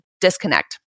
disconnect